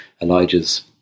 Elijah's